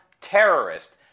terrorist